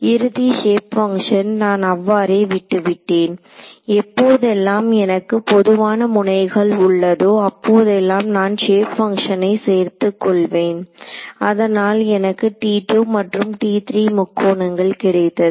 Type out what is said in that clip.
இறுதி shape function நான் அவ்வாறே விட்டுவிட்டேன் எப்போதெல்லாம் எனக்கு பொதுவான முனைகள் உள்ளதோ அப்போதெல்லாம் நான் ஷேப் பங்க்ஷனை சேர்த்துக்கொள்வேன் அதனால் எனக்கு மற்றும் முக்கோணங்கள் கிடைத்தது